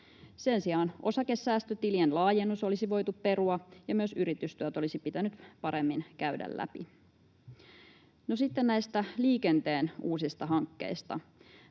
Sen sijaan osakesäästötilien laajennus olisi voitu perua ja myös yritystuet olisi pitänyt paremmin käydä läpi. No, sitten näistä liikenteen uusista hankkeista: